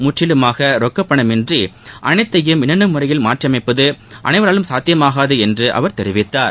முற்றிலுமாக ரொக்கப்பணமின்றி அனைத்தையும் மின்னனு முறையில் மாற்றியமைப்பது அனைவராலும் சாத்தியமாகாது என்று கூறினார்